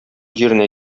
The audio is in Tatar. җиренә